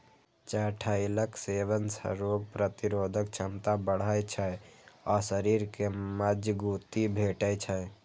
चठैलक सेवन सं रोग प्रतिरोधक क्षमता बढ़ै छै आ शरीर कें मजगूती भेटै छै